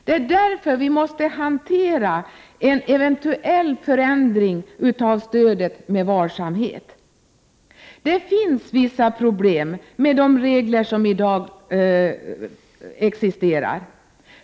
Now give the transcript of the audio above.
Det är därför en eventuell förändring av stödet måste hanteras med varsamhet. Det finns i dag vissa problem när det gäller reglerna för stödet.